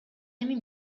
эми